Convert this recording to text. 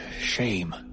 shame